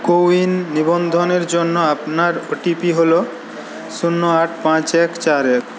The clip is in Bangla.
কো উইন নিবন্ধনের জন্য আপনার ওটিপি হল শূন্য আট পাঁচ এক চার এক